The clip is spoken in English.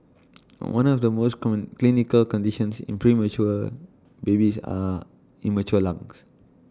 one of the most common clinical conditions in premature babies are immature lungs